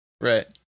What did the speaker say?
Right